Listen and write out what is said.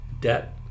debt